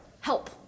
help